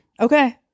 Okay